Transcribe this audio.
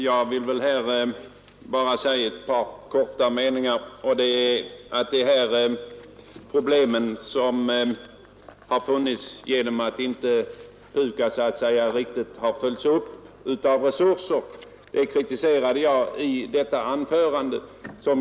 Fru talman! Jag vill bara säga några få ord. I det anförande jag höll här kritiserade jag de problem som uppstått på grund av att PUKAS inte resursmässigt följts upp.